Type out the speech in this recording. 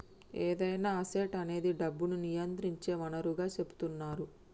ఏదైనా అసెట్ అనేది డబ్బును నియంత్రించే వనరుగా సెపుతున్నరు